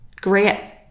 Great